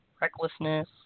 Recklessness